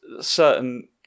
certain